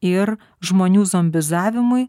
ir žmonių zombizavimui